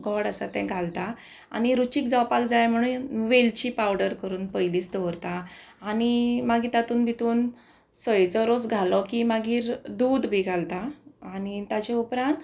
गोड आसा तें घालता आनी रुचीक जावपाक जाय म्हणून वेलची पावडर करून पयलीच दवरता आनी मागीर तातून भितून सयेचो रोस घालो की मागीर दूद बी घालता आनी ताजे उपरांत